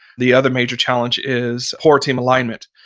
the other major challenge is poor team alignment.